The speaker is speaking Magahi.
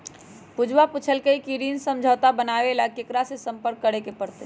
पूजा पूछल कई की ऋण समझौता बनावे ला केकरा से संपर्क करे पर तय?